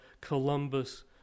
Columbus